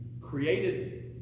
created